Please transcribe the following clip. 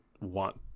want